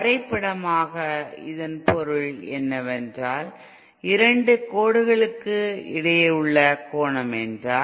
வரைபடமாக இதன் பொருள் என்னவென்றால் இரண்டு கோடுகளுக்கு இடையிலான கோணம் என்றால்